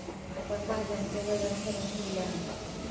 आपण भाज्यांचे वजन करुन ठेवले आहे